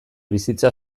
bizitza